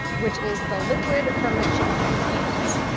which is the liquid from the chickpea cans.